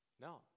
No